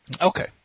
Okay